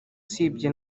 usibye